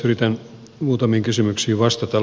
yritän muutamiin kysymyksiin vastata